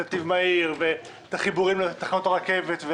נתיב מהיר ואת החיבורים לתחנות הרכבת.